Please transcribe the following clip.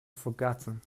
forgotten